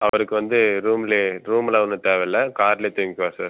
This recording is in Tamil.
அவருக்கு வந்து ரூம்லே ரூம்லாம் ஒன்றும் தேவை இல்லை கார்லே தூங்கிக்குவாரு சார்